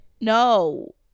no